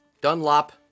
Dunlop